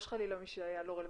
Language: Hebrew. לא שחלילה מי שהיה לא היה רלוונטי,